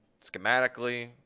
schematically